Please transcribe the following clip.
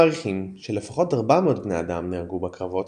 מעריכים שלפחות 400 בני אדם נהרגו בקרבות,